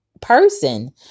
person